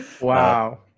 Wow